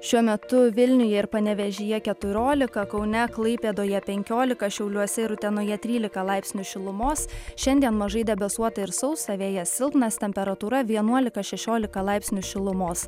šiuo metu vilniuje ir panevėžyje keturiolika kaune klaipėdoje penkiolika šiauliuose ir utenoje trylika laipsnių šilumos šiandien mažai debesuota ir sausa vėjas silpnas temperatūra vienuolika šešiolika laipsnių šilumos